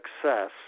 success